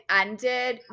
ended